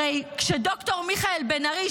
הרי כשד"ר מיכאל בן ארי,